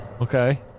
Okay